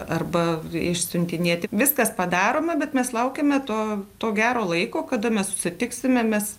arba išsiuntinėti viskas padaroma bet mes laukiame to to gero laiko kada mes susitiksime mes